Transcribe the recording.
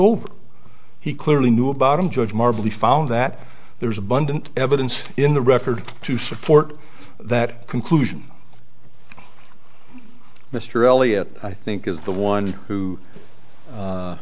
over he clearly knew about them judge marble he found that there was abundant evidence in the record to support that conclusion mr elliot i think is the one who u